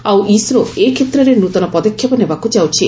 ଆଉ ଇସ୍ରୋ ଏ କ୍ଷେତ୍ରରେ ନୃତନ ପଦକ୍ଷେପ ନେବାକୁ ଯାଉଛି